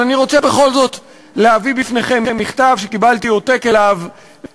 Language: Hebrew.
אבל אני רוצה בכל זאת להביא בפניכם מכתב שקיבלתי עותק שלו,